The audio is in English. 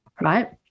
Right